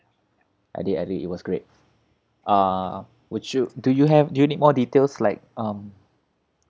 I did I did it was great uh would you do you have do you need more details like um